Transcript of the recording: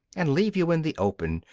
and leave you in the open,